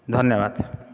ଧନ୍ୟବାଦ